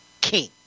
king